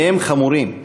מהם חמורים.